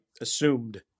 assumed